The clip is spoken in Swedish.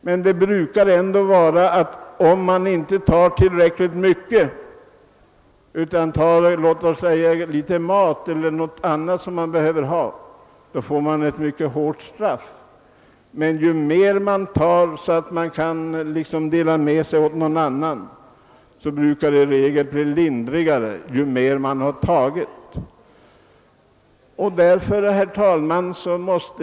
Men annars brukar det vara så att om någon tar litet mat eller någon annan förnödenhet som han behöver för att leva, så får han ett hårt straff, men tar han så mycket att han kan dela med sig åt andra, så brukar straffet bli lindrigare. Det blir lindrigare ju mer man tagit.